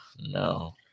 no